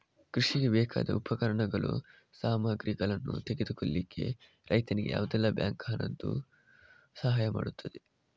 ಕೃಷಿಗೆ ಬೇಕಾದ ಉಪಕರಣಗಳು, ಸಾಮಗ್ರಿಗಳನ್ನು ತೆಗೆದುಕೊಳ್ಳಿಕ್ಕೆ ರೈತನಿಗೆ ಯಾವುದೆಲ್ಲ ಬ್ಯಾಂಕ್ ಹಣದ್ದು ಸಹಾಯ ಮಾಡ್ತದೆ?